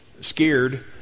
scared